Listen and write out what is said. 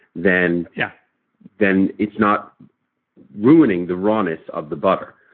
then yeah then it's not ruining the rawness of the butter.